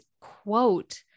quote